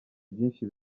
byinshi